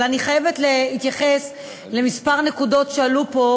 אבל אני חייבת להתייחס לכמה נקודות שעלו פה,